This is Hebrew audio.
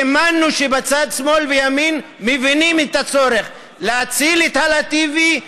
האמנו שבצד שמאל ובצד ימין מבינים את הצורך להציל את הלא TV,